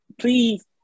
Please